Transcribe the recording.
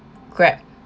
Grab